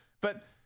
But-